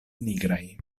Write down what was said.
nigraj